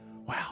wow